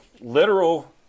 literal